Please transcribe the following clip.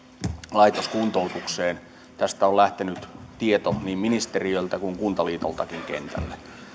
laitoskuntoutukseen tästä on lähtenyt tieto niin ministeriöltä kuin kuntaliitoltakin kentälle